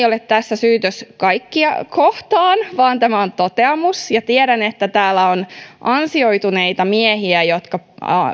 ole syytös kaikkia kohtaan vaan tämä on toteamus ja tiedän että täällä on ansioituneita miehiä jotka